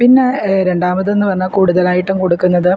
പിന്നെ രണ്ടാമതെന്നു പറഞ്ഞാൽ കൂടുതലായിട്ടും കൊടുക്കുന്നത്